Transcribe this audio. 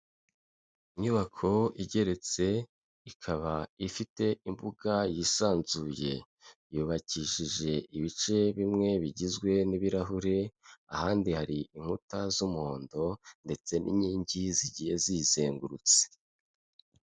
Inyubako igeretse, ikaba ifite imbuga yisanzuye, yubakishije ibice bimwe bigizwe n'ibirahure ahandi hari inkuta z'umuhondo ndetse n'inkingi zigiye ziyizengurutse.